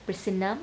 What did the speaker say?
bersenam